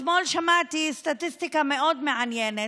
אתמול שמעתי סטטיסטיקה מאד מעניינת: